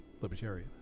libertarian